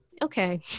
okay